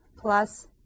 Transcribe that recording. plus